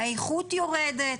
האיכות יורדת.